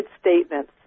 statements